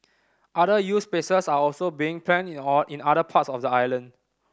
other youth spaces are also being planned in or in other parts of the island